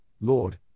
Lord